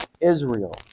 Israel